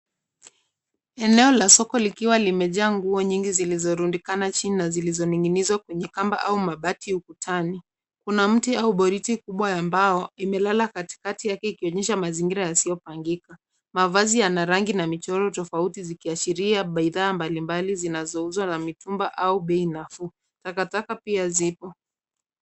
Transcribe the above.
Eneo la soko likiwa limejaa nguo nyingi zilizorundikana chini na zilizo ninginizwa kwenye kamba au mabati ukutani, kuna mti au boriti kubwa ya mbao imelala katikati yake ikionyesha mazingira yasiyopangika, mavazi yana rangi na michoro tofauti zikashiria bidhaa mbalimbali zinazouzwa na mitumba au bei nafuu, takataka pia zipo.